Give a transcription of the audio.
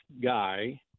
guy